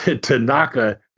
Tanaka